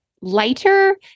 lighter